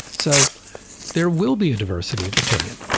so there will be a diversity of opinion,